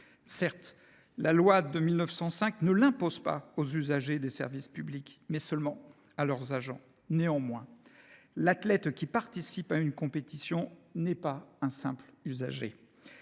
Certes, la loi de 1905 ne l’impose pas aux usagers des services publics, seuls leurs agents y sont soumis, mais l’athlète qui participe à une compétition n’est pas un simple usager.